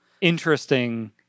interesting